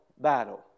battle